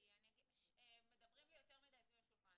אני אגיד לך למה